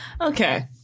okay